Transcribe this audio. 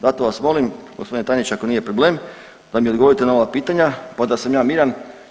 Zato vas molim gospodine tajniče ako nije problem da mi odgovorite na ova pitanja pa da sam ja miran.